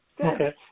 Okay